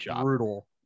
brutal